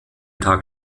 tag